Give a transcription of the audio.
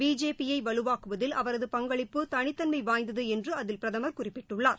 BJP யை வலுவாக்குவதில் அவரது பங்களிப்பு தனித்தன்மை வாய்ந்தது என்று அதில் பிரதமர் குறிப்பிட்டுள்ளார்